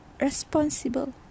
responsible